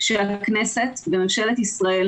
שהכנסת וממשלת ישראל,